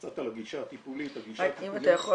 קצת על הגישה הטיפולית הגישה הטיפולית -- רק אם אתה יכול